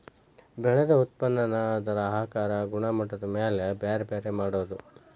ಬೆಳದ ಉತ್ಪನ್ನಾನ ಅದರ ಆಕಾರಾ ಗುಣಮಟ್ಟದ ಮ್ಯಾಲ ಬ್ಯಾರೆ ಬ್ಯಾರೆ ಮಾಡುದು